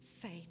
faith